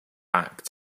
back